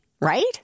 right